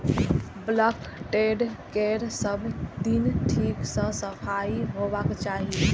bulk tank केर सब दिन ठीक सं सफाइ होबाक चाही